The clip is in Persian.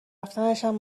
رفتنشم